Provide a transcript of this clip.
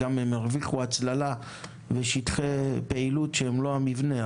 והם גם הרוויחו הצללה ושטחי פעילות שהם לא המבנה,